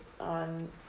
on